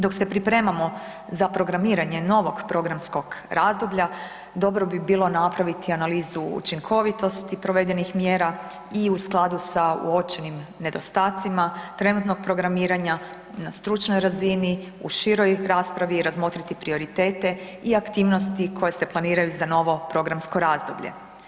Dok se pripremamo za programiranje novog programskog razdoblja dobro bi bilo napraviti analizu učinkovitosti provedenih mjera i u skladu sa uočenim nedostacima trenutnog programiranja na stručnoj razini na široj raspravi razmotriti prioritete i aktivnosti koje se planiraju za novo programsko razdoblje.